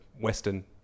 western